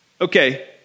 Okay